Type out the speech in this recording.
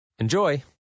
Enjoy